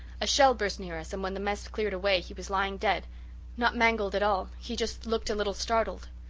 a shell burst near us and when the mess cleared away he was lying dead not mangled at all he just looked a little startled.